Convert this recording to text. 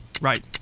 Right